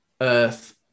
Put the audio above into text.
Earth